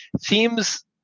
themes